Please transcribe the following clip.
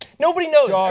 nobody knows. um